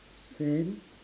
yes and